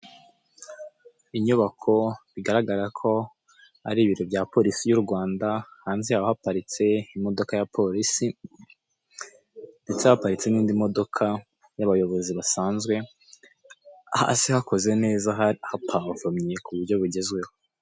Inyubako bigaragara ko ari ibiro bya porisi y'u Rwanda, hanze yaho haparitse imodoka ya porisi ndetse haparitse n'indi modoka y'abayobozi basanzwe, hasi hakozwe neza hapavomye ku buryo bugezweho.